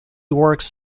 works